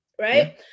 Right